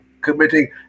committing